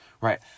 right